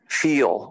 feel